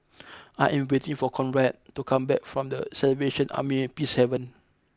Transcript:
I am waiting for Conrad to come back from The Salvation Army Peacehaven